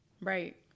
Right